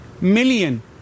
million